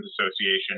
Association